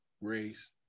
race